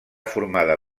formada